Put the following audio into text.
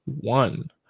one